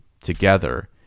together